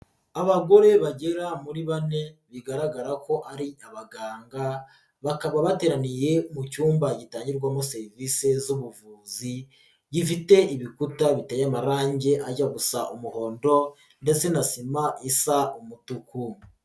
Abagore bagera muri bane bigaragara ko ari abaganga, bakaba bateraniye mu cyumba gitangirwamo serivisi z'ubuvuzi, gifite ibikuta biteye amarangi ajya gusa umuhondo ndetse na sima isa umutuku.